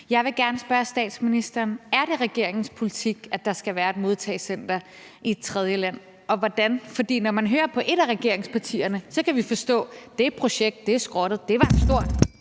Jeg vil gerne spørge statsministeren, om det er regeringens politik, at der skal være et modtagecenter i et tredjeland, og hvordan? For når vi hører på et af regeringspartierne, kan vi forstå, at det projekt er skrottet, og at det var en stor